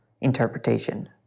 interpretation